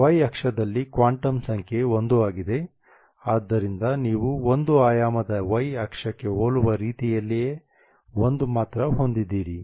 y ಅಕ್ಷದಲ್ಲಿ quantum ಸಂಖ್ಯೆ 1 ಆಗಿದೆ ಆದ್ದರಿಂದ ನೀವು ಒಂದು ಆಯಾಮದ y ಅಕ್ಷಕ್ಕೆ ಹೋಲುವ ರೀತಿಯಲ್ಲಿಯೇ 1 ಮಾತ್ರ ಹೊಂದಿದ್ದೀರಿ